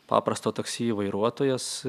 paprasto taksi vairuotojas